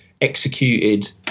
executed